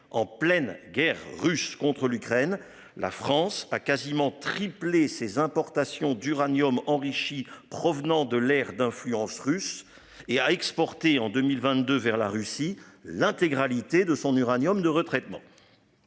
en pleine guerre russe contre l'Ukraine, la France a quasiment triplé ses importations d'uranium enrichi provenant de l'aire d'influence russe et a exporté en 2022 vers la Russie l'intégralité de son uranium de retraitement.